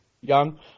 Young